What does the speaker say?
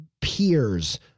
peers